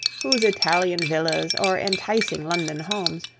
whose italian villas, or enticing london homes,